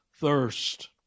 Thirst